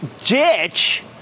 ditch